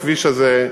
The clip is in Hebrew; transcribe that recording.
הכביש הזה,